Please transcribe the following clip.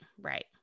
right